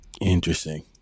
interesting